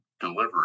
delivery